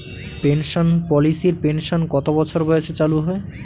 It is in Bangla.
পেনশন পলিসির পেনশন কত বছর বয়সে চালু হয়?